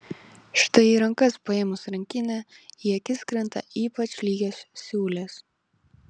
štai į rankas paėmus rankinę į akis krinta ypač lygios siūlės